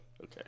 Okay